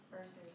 versus